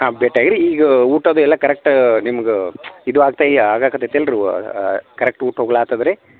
ಹಾಂ ಭೇಟಿಯಾಯ್ರಿ ಈಗ ಊಟದ್ದು ಎಲ್ಲ ಕರೆಕ್ಟ್ ನಿಮ್ಗ ಇದು ಆಗ ತೈಯ ಆಗಾಕೆ ಹತ್ತಿತಿಲ್ರಿ ಕರೆಕ್ಟ್